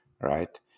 right